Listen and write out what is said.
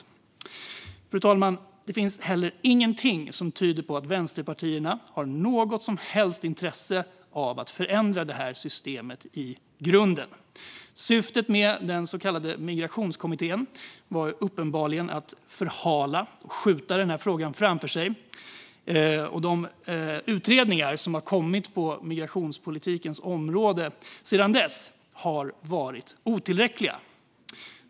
Fru talman! Det finns inte heller någonting som tyder på att vänsterpartierna har något som helst intresse av att förändra systemet i grunden. Syftet med den så kallade migrationskommittén var uppenbarligen att förhala och skjuta frågan framför sig. De utredningar som har kommit på migrationspolitikens område sedan dess har varit otillräckliga.